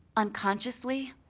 unconsciously,